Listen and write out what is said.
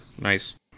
nice